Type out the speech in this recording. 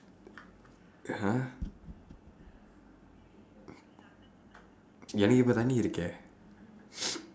!huh! எனக்கு இப்ப தண்ணீ இருக்கே:enakku ippa thannii irukkee